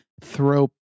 throw